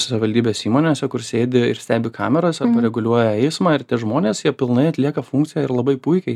savivaldybės įmonėse kur sėdi ir stebi kameras reguliuoja eismą ir tie žmonės jie pilnai atlieka funkciją ir labai puikiai